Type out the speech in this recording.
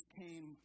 came